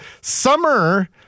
summer